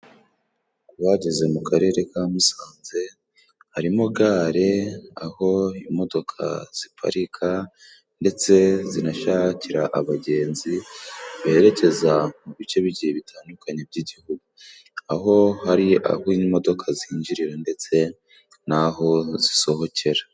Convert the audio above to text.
Kubageze mu karere ka Musanze harimo gare, aho imodoka ziparika ndetse zinashakira abagenzi berekeza mu bice bigiye bitandukanye by'igihugu, aho hari aho imodoka zinjirira ndetse n'aho zisohokera.